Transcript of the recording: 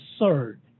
absurd